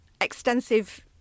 extensive